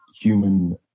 human